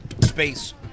space